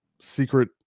secret